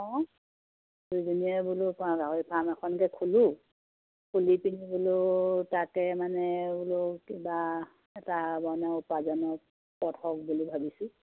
অঁ দুইজনীয়ে বোলো গাহৰি ফাৰ্ম এখনকে খুলো খুলি পিনি বোলো তাতে মানে বোলো কিবা এটা মানে উপাৰ্জনৰ পথ হওক বুলি ভাবিছোঁ